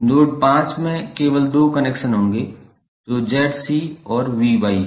node 5 में केवल दो कनेक्शन होंगे जो 𝑍𝐶 और 𝑉𝑌 हैं